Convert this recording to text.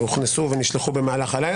שהוכנסו ונשלחו במהלך הלילה.